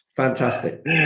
fantastic